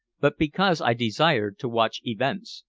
but because i desired to watch events.